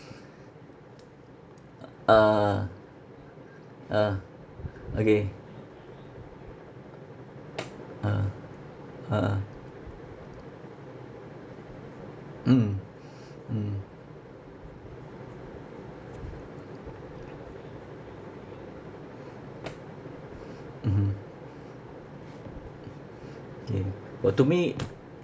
a'ah ah okay ah a'ah mm mm mmhmm ya but to me